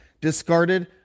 discarded